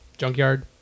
junkyard